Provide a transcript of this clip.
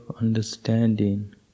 understanding